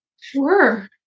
Sure